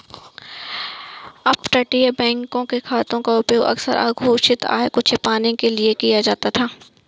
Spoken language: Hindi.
अपतटीय बैंकों के खातों का उपयोग अक्सर अघोषित आय को छिपाने के लिए किया जाता था